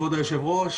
כבוד היושב-ראש,